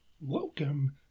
Welcome